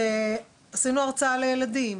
כשעשינו הרצאה לילדים,